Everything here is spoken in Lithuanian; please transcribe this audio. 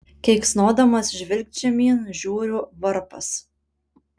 keiksnodamas žvilgt žemyn žiūriu varpas